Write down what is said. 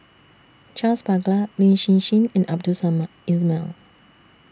Charles Paglar Lin Hsin Hsin and Abdul Samad Ismail